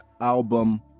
album